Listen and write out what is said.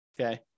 okay